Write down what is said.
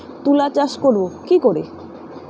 তুলা চাষ করব কি করে?